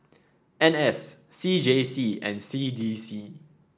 N S C J C and C D C